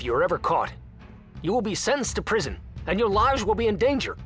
if you're ever caught you will be sentenced to prison and your large will be in danger